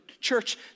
church